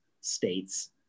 states